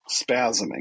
spasming